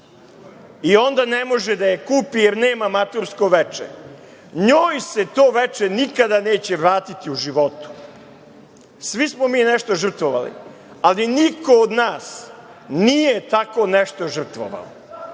i onda ne može da je kupi, jer nema matursko veče. Njoj se to veče nikada neće vratiti u životu. Svi smo mi nešto žrtvovali, ali niko od nas nije tako nešto žrtvovao